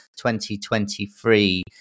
2023